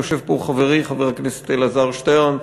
יושב פה חברי חבר הכנסת אלעזר שטרן,